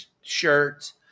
shirts